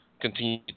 continue